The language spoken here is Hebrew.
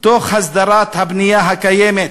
תוך הסדרת הבנייה הקיימת.